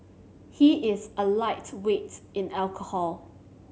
he is a lightweight in alcohol